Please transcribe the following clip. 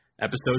Episodes